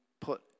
put